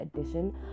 edition